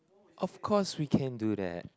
of course we can do that